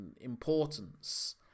importance